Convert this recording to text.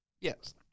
Yes